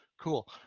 cool